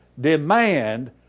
demand